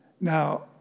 Now